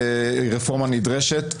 היא רפורמה נדרשת,